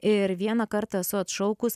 ir vieną kartą esu atšaukus